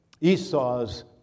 Esau's